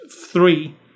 three